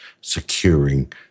securing